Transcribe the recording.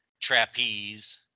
Trapeze